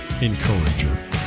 encourager